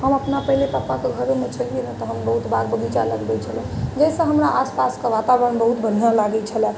हम अपना पहिले पापाके घरेमे छलियै ने तऽ हम बहुत बाग बगीचा लगबैत छलहुँ जहिसँ हमरा आसपास कऽ वातावरण बहुत बढ़िआँ लागैत छलऽ